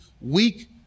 weak